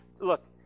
look